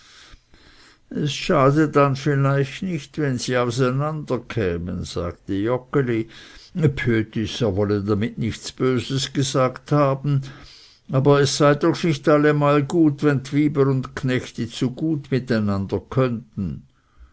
es schade dann vielleicht nicht wenn sie auseinanderkämen sagte joggeli bhüetis er wolle damit nichts böses gesagt haben aber es sei doch nicht allemal gut wenns dwyber und knechte zu gut miteinander konnten